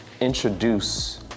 introduce